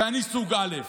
ואני סוג א',